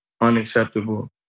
unacceptable